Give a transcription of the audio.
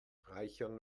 reichern